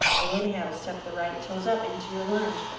inhale, step the right toes up into your lunge.